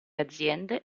aziende